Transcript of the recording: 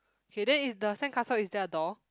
okay then is the sandcastle is there a door